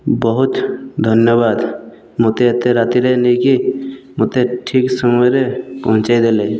ବହୁତ୍ ଧନ୍ୟବାଦ୍ ମୋତେ ଏତେ ରାତିରେ ନେଇକି ମୋତେ ଠିକ୍ ସମୟରେ ପହଞ୍ଚାଇ ଦେଲେ